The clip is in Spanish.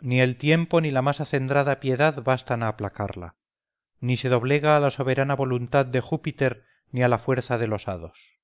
ni el tiempo ni la más acendrada piedad bastan a aplacarla ni se doblega a la soberana voluntad de júpiter ni a la fuerza de los hados